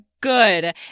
good